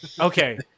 Okay